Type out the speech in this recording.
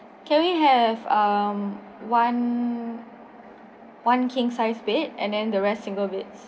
can we have um one one king size bed and then the rest single beds